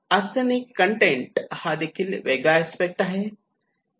arsenic content हादेखील वेगळा aspect आहे